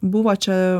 buvo čia